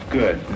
good